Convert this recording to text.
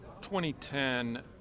2010